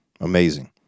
Amazing